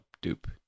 Dupe